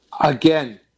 Again